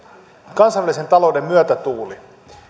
kansainvälisen talouden myötätuuli